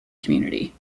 community